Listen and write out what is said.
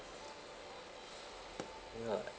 ya